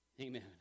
Amen